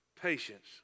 patience